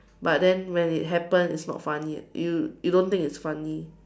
but then when it happened it's not funny you you don't think it's funny